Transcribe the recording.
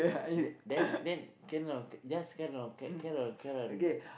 the then then can not can just can not can not can not